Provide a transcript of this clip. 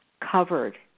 covered